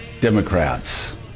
democrats